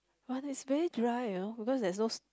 but it's very dry you know because there's no s~